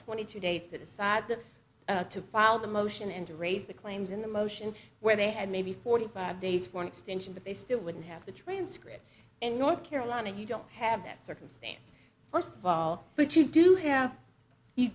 twenty two days to decide the to file the motion and to raise the claims in the motion where they had maybe forty five days for an extension but they still wouldn't have the transcript in north carolina you don't have that circumstance first of all but you do have you